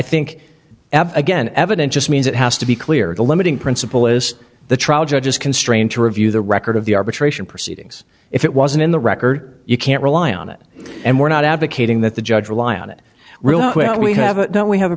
ever again evident just means it has to be clear the limiting principle is the trial judge is constrained to review the record of the arbitration proceedings if it wasn't in the record you can't rely on it and we're not advocating that the judge rely on it really when we have it don't we have a